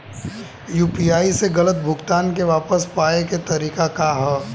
UPI से गलत भुगतान के वापस पाये के तरीका का ह?